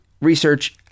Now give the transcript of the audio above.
research